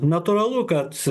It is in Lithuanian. natūralu kad